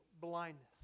blindness